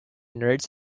nerds